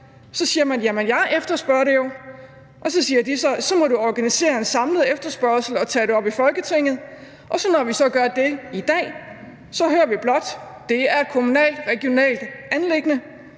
Så siger man: Jamen jeg efterspørger det jo. Og så siger de: Så må du organisere en samlet efterspørgsel og tage det op i Folketinget. Når vi så gør det i dag, hører vi blot: Det er et kommunalt, regionalt anliggende.